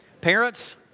Parents